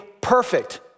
perfect